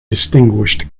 distinguished